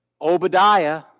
Obadiah